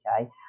okay